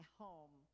home